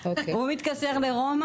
הוא מתקשר לגיל,